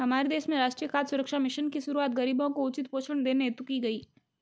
हमारे देश में राष्ट्रीय खाद्य सुरक्षा मिशन की शुरुआत गरीबों को उचित पोषण देने हेतु की गई